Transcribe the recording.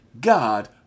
God